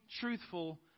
truthful